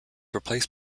replaced